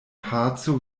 paco